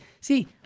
See